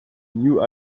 new